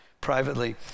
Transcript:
privately